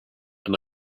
and